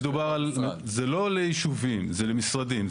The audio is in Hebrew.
זה לא ליישובים, זה למשרדים.